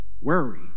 worry